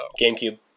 GameCube